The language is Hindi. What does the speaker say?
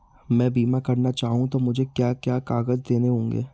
मैं बीमा करना चाहूं तो मुझे क्या क्या कागज़ देने होंगे?